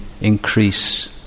increase